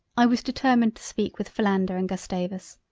i was determined to speak with philander and gustavus,